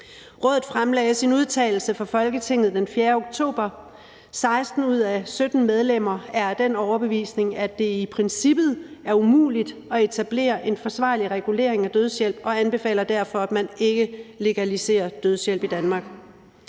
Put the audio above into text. Rådet fremlagde sin udtalelse for Folketinget den 4. oktober; 16 ud af 17 medlemmer er af den overbevisning, at det i princippet er umuligt at etablere en forsvarlig regulering af dødshjælp, og anbefaler derfor, at man ikke legaliserer dødshjælp i Danmark.